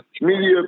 Media